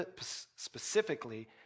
specifically